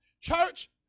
church